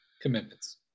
commitments